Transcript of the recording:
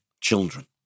children